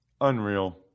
Unreal